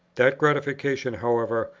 that gratification, however,